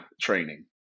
training